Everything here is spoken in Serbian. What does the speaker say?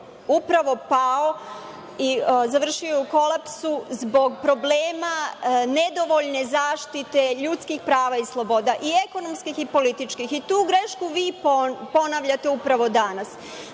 upravo pao i završio u kolapsu zbog problema nedovoljne zaštite ljudskih prava i sloboda, i ekonomskih i političkih. Tu grešku vi ponavljate upravo danas. Danas